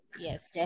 Yes